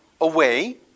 away